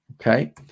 okay